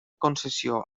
concessió